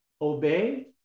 obey